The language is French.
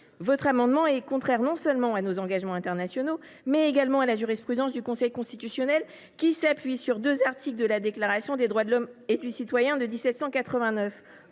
Votre amendement est contraire non seulement à nos engagements internationaux, mais également à la jurisprudence du Conseil constitutionnel, qui s’appuie sur deux articles de la Déclaration des droits de l’homme et du citoyen de 1789.